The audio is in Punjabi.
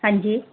ਹਾਂਜੀ